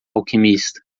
alquimista